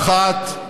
מח"ט,